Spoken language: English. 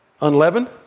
Unleavened